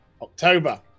october